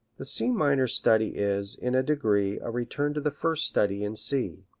the c minor study is, in a degree, a return to the first study in c.